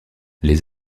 les